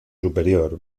superior